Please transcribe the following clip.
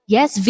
Yes